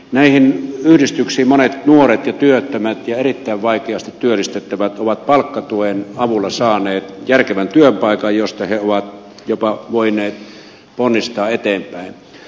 näistä yhdistyksistä monet nuoret ja työttömät ja erittäin vaikeasti työllistettävät ovat palkkatuen avulla saaneet järkevän työpaikan josta he ovat jopa voineet ponnistaa eteenpäin